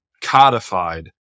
codified